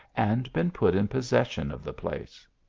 and been put in possession of the place.